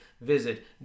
Visit